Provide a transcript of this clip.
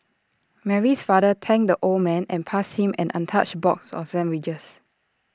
Mary's father thanked the old man and passed him an untouched box of sandwiches